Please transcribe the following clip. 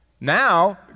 Now